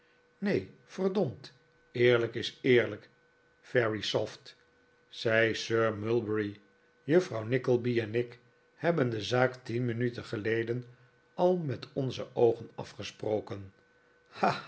neen verdomd eerlijk is eerlijk verisopht zei sir mulberry juffrouw nickleby en ik hebben de zaak tien minuten geleden al met onze oogen afgesproken